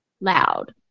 loud